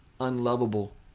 unlovable